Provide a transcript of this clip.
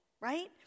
right